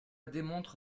démontre